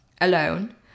alone